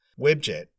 Webjet